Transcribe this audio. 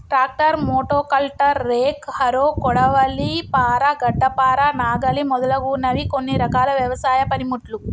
tractor, మోటో కల్టర్, rake, harrow, కొడవలి, పార, గడ్డపార, నాగలి మొదలగునవి కొన్ని రకాల వ్యవసాయ పనిముట్లు